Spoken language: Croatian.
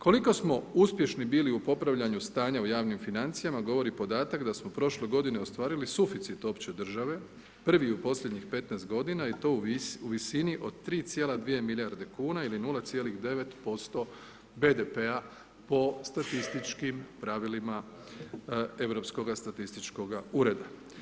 Koliko smo uspješni bili u popravljanja stanja u javnim financijama, govori podatak da smo prošle godine ostvarili suficit opće države, prvi u posljednjih 15 godina i to u visini od 3,2 milijarde kuna ili 0,9% BDP-a po statističkim pravilima Europskoga statističkoga ureda.